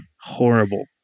Horrible